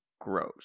gross